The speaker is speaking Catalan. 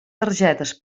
targetes